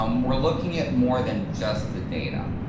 um we're looking at more than just the data.